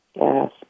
Yes